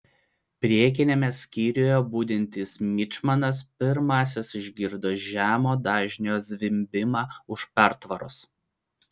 priekiniame skyriuje budintis mičmanas pirmasis išgirdo žemo dažnio zvimbimą už pertvaros